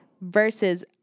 versus